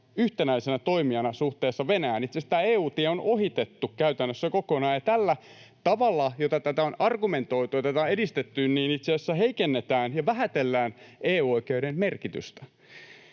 yhtenäisenä toimijana suhteessa Venäjään. Itse asiassa tämä EU-tie on ohitettu käytännössä kokonaan, ja tällä tavalla, jolla tätä on argumentoitu ja tätä on edistetty, itse asiassa heikennetään ja vähätellään EU-oikeuden merkitystä.